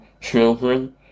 children